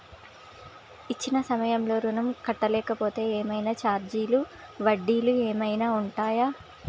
ఇచ్చిన సమయంలో ఋణం కట్టలేకపోతే ఏమైనా ఛార్జీలు వడ్డీలు ఏమైనా ఉంటయా?